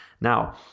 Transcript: Now